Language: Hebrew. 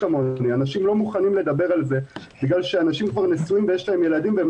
אנשים לא מוכנים לדבר על זה כי הם כבר נשואים ויש להם ילדים והם